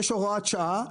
יש הוראת שעה,